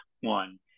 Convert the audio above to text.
one